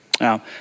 Now